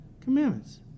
Commandments